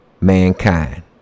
mankind